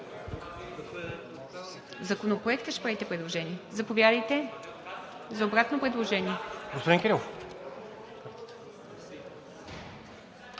Законопроекта ще правите предложение? Заповядайте за обратно предложение. ХРИСТО ГАДЖЕВ